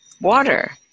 water